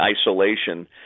isolation